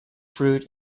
fruit